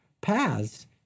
paths